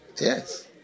Yes